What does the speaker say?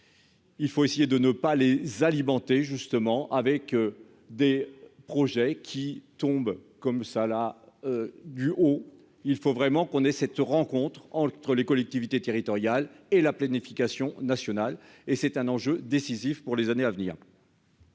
Il faut essayer de ne pas les alimenter justement avec des projets qui tombent comme ça là. Du haut, il faut vraiment qu'on ait cette rencontre entre les collectivités territoriales et la planification nationale et c'est un enjeu décisif pour les années à venir.